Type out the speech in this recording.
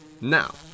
Now